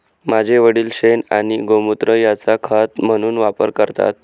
माझे वडील शेण आणि गोमुत्र यांचा खत म्हणून वापर करतात